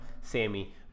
Sammy